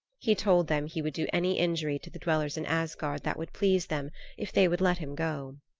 he told them he would do any injury to the dwellers in asgard that would please them if they would let him go.